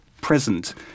present